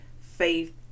Faith